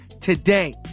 today